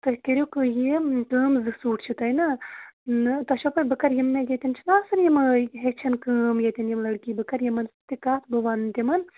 تُہۍ کٔرِو یہِ کٲم زٕ سوٗٹھ چھِو تۄہہِ نا تۄہہِ چھو پَتہٕ بہٕ کَرٕ یِم مےٚ ییٚتٮ۪ن چھِ آسان یِمے ہیٚچھَن کٲم ییٚتٮ۪ن یِم لٔڑکی بہٕ کَرٕ یِمَن سۭتۍ تہِ کَتھ بہٕ وَنہٕ تِمَن